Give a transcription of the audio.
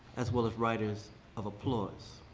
as well as writers of applause.